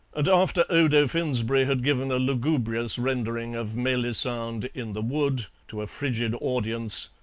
and after odo finsberry had given a lugubrious rendering of melisande in the wood to a frigid audience,